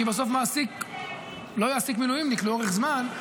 כי בסוף מעסיק לא יעסיק מילואימניק לאורך זמן.